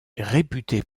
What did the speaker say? réputée